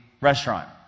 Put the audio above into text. restaurant